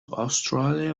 australia